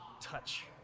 touch